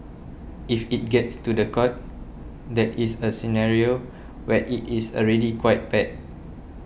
if it gets to the court that is a scenario where it is already quite bad